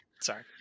Sorry